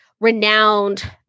renowned